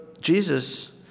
Jesus